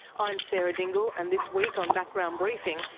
i'm sarah dingle, and this week on background briefing,